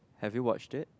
have you watched it